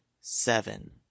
seven